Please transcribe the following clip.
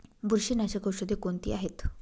बुरशीनाशक औषधे कोणती आहेत?